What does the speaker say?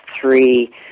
three